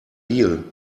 deal